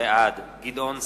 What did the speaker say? בעד גדעון סער,